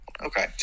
Okay